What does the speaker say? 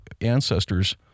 ancestors